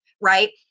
right